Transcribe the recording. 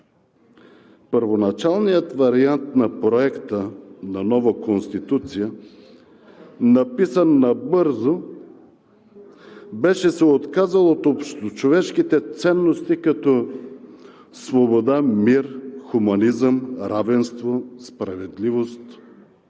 Първоначалният вариант на Проекта на нова Конституция, написан набързо, беше се отказал от общочовешките ценности като свобода, мир, хуманизъм, равенство, справедливост,